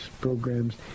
programs